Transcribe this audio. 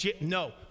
No